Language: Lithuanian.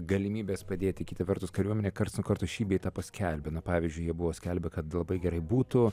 galimybės padėti kita vertus kariuomenė karts nuo karto šį bei tą paskelbia na pavyzdžiui jie buvo skelbę kad labai gerai būtų